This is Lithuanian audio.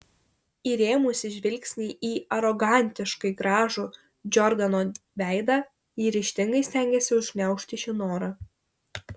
įrėmusi žvilgsnį į arogantiškai gražų džordano veidą ji ryžtingai stengėsi užgniaužti šį norą